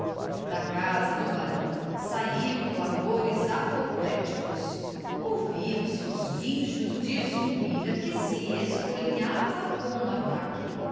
da casa do barão saiam clamores apopléticos ouviam-se os guinchos de zulmira que se espolinhava com um ataque